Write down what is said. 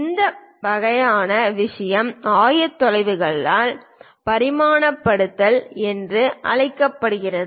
இந்த வகையான விஷயம் ஆயத்தொலைவுகளால் பரிமாணப்படுத்தல் என்று அழைக்கப்படுகிறது